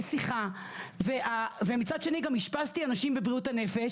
נסיכה ומצד שני גם אשפזתי אנשים קרובים בבריאות הנפש